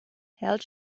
held